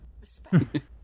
Respect